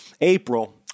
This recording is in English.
April